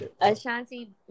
Ashanti